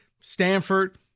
Stanford